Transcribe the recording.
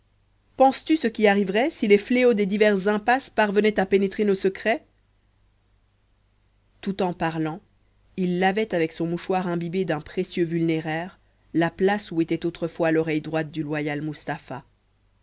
penses-tu ce qui arriverait si les fléaux des divers impasses parvenaient à pénétrer nos secrets tout en parlant il lavait avec son mouchoir imbibé d'un précieux vulnéraire la place où était autrefois l'oreille droite du loyal mustapha